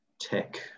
tech